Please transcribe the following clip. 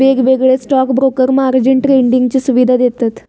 वेगवेगळे stock broker margin ट्रेडिंगची सुवीधा देतत